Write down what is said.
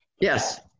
Yes